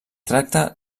tracta